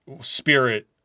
spirit